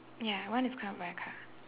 ya one is covered by a car